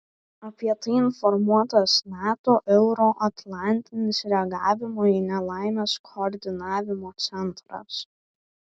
apie tai informuotas nato euroatlantinis reagavimo į nelaimes koordinavimo centras